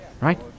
right